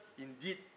indeed